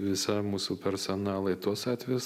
visam mūsų personalui tuos atvejus